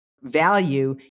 value